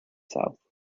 south